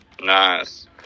Nice